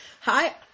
Hi